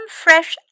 fresh